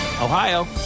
Ohio